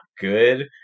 good